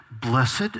Blessed